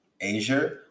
Asia